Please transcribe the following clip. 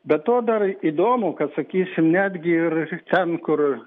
be to darai įdomu ką sakysim netgi ir ten kur